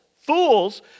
fools